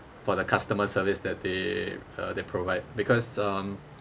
for the customer service that they uh they provide because um